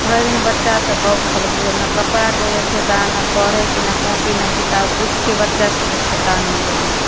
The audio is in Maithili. भरिदिन बच्चासभ बौखल घुरल नहि कपड़ाके ठेकान नहि पढ़ैके नहि कॉपी नहि किताब किछुके बच्चासभके ठेकान नहि रहै हइ